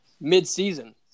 mid-season